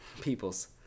people's